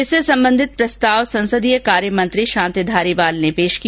इससे संबंधित प्रस्ताव संसदीय कार्य मंत्री शांति धारीवाल ने पेश किया